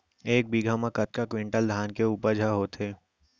एक बीघा म कतका क्विंटल धान के उपज ह होथे?